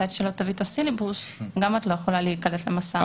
עד שלא תביאי את הסילבוס גם את לא יכולה להיקלט ל'מסע'.